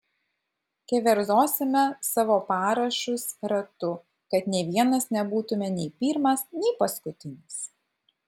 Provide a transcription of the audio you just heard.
keverzosime savo parašus ratu kad nė vienas nebūtume nei pirmas nei paskutinis